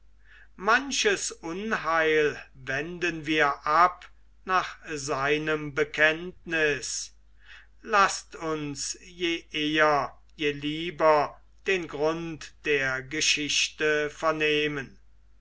manches unheil wenden wir ab nach seinem bekenntnis laßt uns je eher je lieber den grund der geschichte vernehmen